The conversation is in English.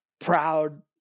proud